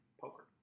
poker